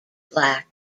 black